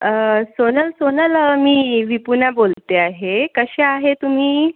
सोनल सोनल मी विपुणा बोलते आहे कसे आहे तुम्ही